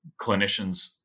clinicians